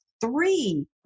three